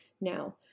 Now